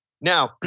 Now